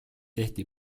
tehti